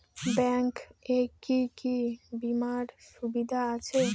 Bank এ কি কী বীমার সুবিধা আছে?